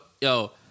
yo